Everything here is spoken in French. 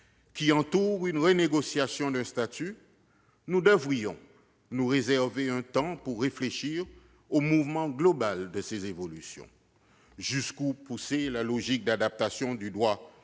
qui entourent la renégociation d'un statut, nous devrions nous réserver un temps pour réfléchir au mouvement global de ces évolutions. Jusqu'où pousser la logique d'adaptation du droit